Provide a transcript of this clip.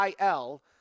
IL